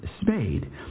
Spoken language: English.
Spade